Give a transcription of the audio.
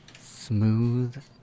Smooth